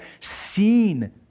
seen